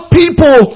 people